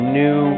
new